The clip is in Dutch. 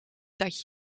dat